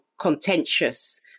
contentious